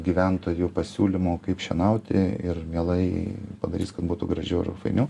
gyventojų pasiūlymų kaip šienauti ir mielai padarys kad būtų gražiau ir fainiau